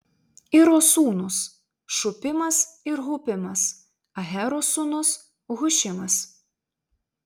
iro sūnūs šupimas ir hupimas ahero sūnus hušimas